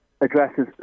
addresses